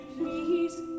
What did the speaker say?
Please